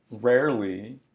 rarely